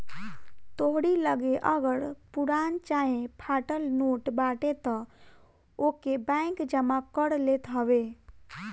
तोहरी लगे अगर पुरान चाहे फाटल नोट बाटे तअ ओके बैंक जमा कर लेत हवे